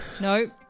Nope